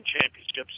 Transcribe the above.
championships